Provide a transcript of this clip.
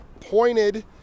pointed